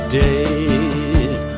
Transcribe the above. days